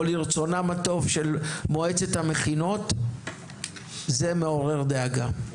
או לרצונה הטוב של מועצת המכינות הוא מעורר דאגה.